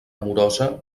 amorosa